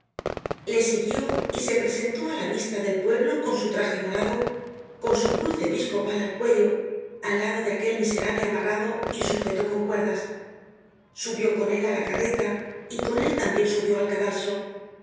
le siguió y se presentó á la vista del pueblo con su traje morado con su cruz episcopal al cuello al lado de aquel miserable amarrado y sujeto con cuerdas content from google book search generated at subió con él á la carreta y con él tambien subió al